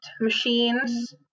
machines